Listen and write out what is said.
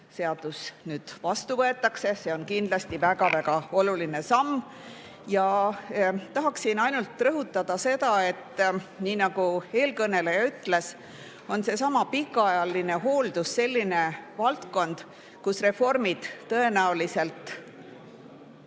seadus nüüd vastu võetakse. See on kindlasti väga-väga oluline samm. Tahaksin ainult rõhutada seda, et nii nagu eelkõneleja ütles, on seesama pikaajaline hooldus selline valdkond, kus reformid tõenäoliselt